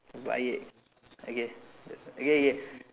buy it I guess okay okay